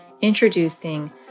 Introducing